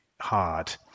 hard